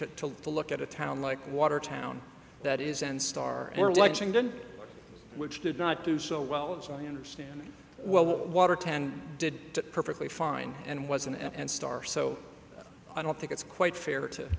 e to to look at a town like watertown that is and star or lexington which did not do so well as i understand it well water ten did perfectly fine and was an at and star so i don't think it's quite fair to